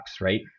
right